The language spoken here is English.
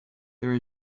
there